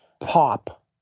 pop